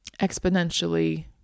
exponentially